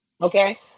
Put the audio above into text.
Okay